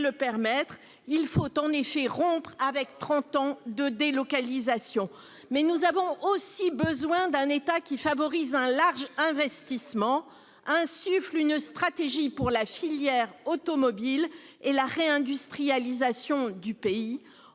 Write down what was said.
le permettre. Il faut en effet rompre avec trente ans de délocalisations ! Nous avons besoin d'un État qui favorise un large investissement et insuffle une stratégie pour la filière automobile et la réindustrialisation du pays,